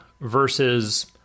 versus